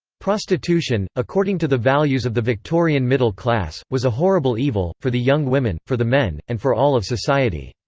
prostitution, according to the values of the victorian middle-class, was a horrible evil, for the young women, for the men, and for all of society.